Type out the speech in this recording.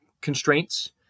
constraints